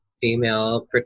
female